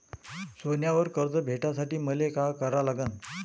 सोन्यावर कर्ज भेटासाठी मले का करा लागन?